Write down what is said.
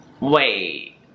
wait